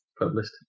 published